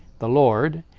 the lord,